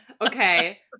okay